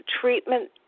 treatment